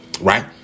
right